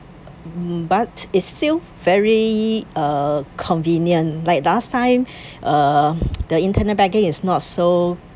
mm but it's still very uh convenient like last time uh the internet banking is not so